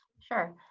Sure